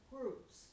groups